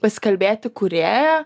pasikalbėti kūrėją